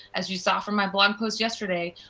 as you saw from my blog post yesterday,